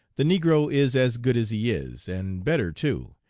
the negro is as good as he is, and better too,